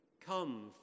Come